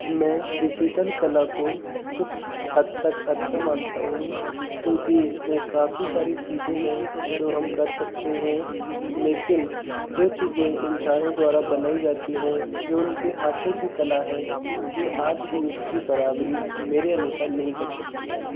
मैं डिजिटल कला को कुछ हद तक अच्छा मानता हूँ क्योंकि इसमें काफी सारी चीज़ें हैं जो हम कर सकते हैं लेकिन जो चीज़ें इंसानों द्वारा बनाई जाती हैं जो उनके हाथों की कला है यह आज भी उसकी बराबरी मेरे अनुसार नहीं कर सकती है